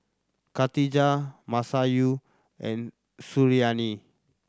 Khatijah Masayu and Suriani